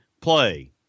play